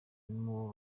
mubo